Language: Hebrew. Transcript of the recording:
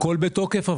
הכול בתוקף.